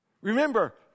Remember